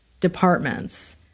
departments